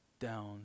down